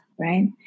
right